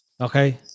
Okay